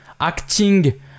acting